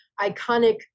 iconic